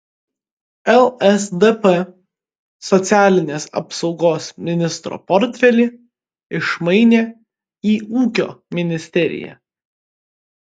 lsdp socialinės apsaugos ministro portfelį išmainė į ūkio ministeriją